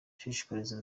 ashishikariza